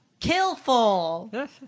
killful